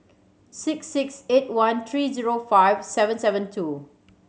six six eight one three zero five seven seven two